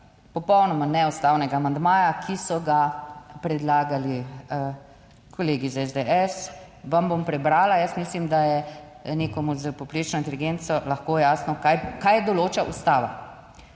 popolnoma neustavnega amandmaja, ki so ga predlagali kolegi iz SDS vam bom prebrala. Jaz mislim, da je nekomu s povprečno inteligenco lahko jasno, kaj določa ustava